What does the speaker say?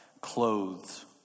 clothes